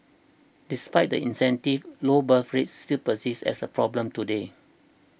despite the incentives low birth rates still persist as a problem today